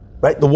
Right